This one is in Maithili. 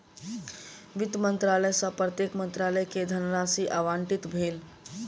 वित्त मंत्रालय सॅ प्रत्येक मंत्रालय के धनराशि आवंटित भेल